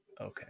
Okay